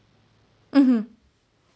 mmhmm